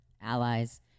Allies